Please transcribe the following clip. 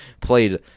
played